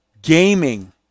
gaming